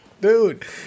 Dude